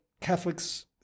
Catholics